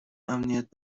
امنیت